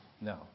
No